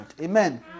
amen